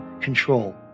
control